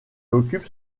occupe